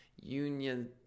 union